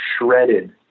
shredded